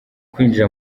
kwinjira